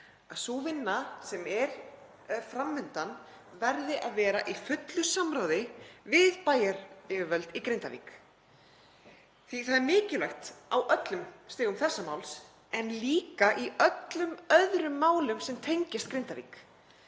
að sú vinna sem er fram undan verði að vera í fullu samráði við bæjaryfirvöld í Grindavík. Það er mikilvægt á öllum stigum þessa máls en líka í öllum öðrum málum sem tengjast Grindavík